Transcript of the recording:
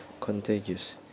contagious